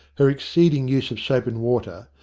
her exceeding use of soap and water,